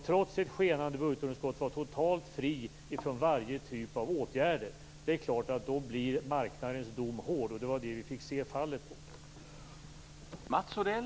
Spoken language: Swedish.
Trots ett skenande budgetunderskott var den totalt fri från varje typ av åtgärder. Det är klart att marknadens dom då blir hård, och det var vad vi fick se bli fallet.